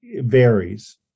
varies